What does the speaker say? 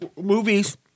Movies